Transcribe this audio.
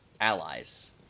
allies